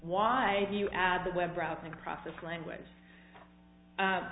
why do you add the web browsing process language